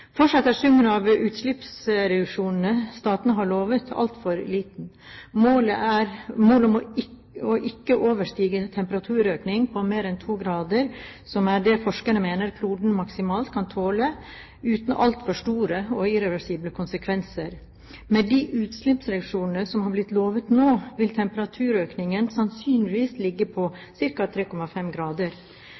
av utslippsreduksjonene statene har lovet, altfor liten. Målet er å ikke overstige en temperaturøkning på mer enn 2 grader, som er det forskerne mener kloden maksimalt kan tåle uten altfor store og irreversible konsekvenser. Med de utslippsreduksjonene som er blitt lovet nå, vil temperaturøkningen sannsynligvis ligge på ca. 3,5 grader.